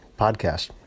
podcast